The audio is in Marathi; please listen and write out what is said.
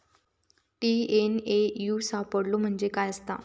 टी.एन.ए.यू सापलो म्हणजे काय असतां?